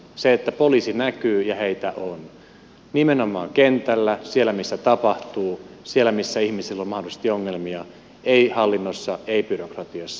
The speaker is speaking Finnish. se että poliisi näkyy ja heitä on nimenomaan kentällä siellä missä tapahtuu siellä missä ihmisillä on mahdollisesti ongelmia ei hallinnossa ei byrokratiassa